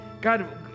God